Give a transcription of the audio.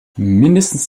mindestens